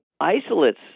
Isolates